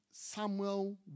Samuel